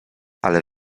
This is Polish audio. ale